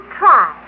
try